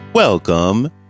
Welcome